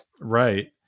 Right